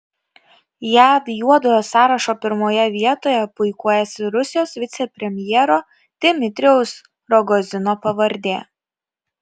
jav juodojo sąrašo pirmoje vietoje puikuojasi rusijos vicepremjero dmitrijaus rogozino pavardė